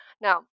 now